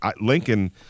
Lincoln